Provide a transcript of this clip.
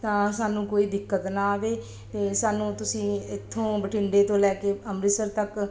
ਤਾਂ ਸਾਨੂੰ ਕੋਈ ਦਿੱਕਤ ਨਾ ਆਵੇ ਅਤੇ ਸਾਨੂੰ ਤੁਸੀਂ ਇੱਥੋਂ ਬਠਿੰਡੇ ਤੋਂ ਲੈ ਕੇ ਅੰਮ੍ਰਿਤਸਰ ਤੱਕ